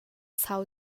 sau